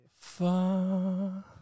far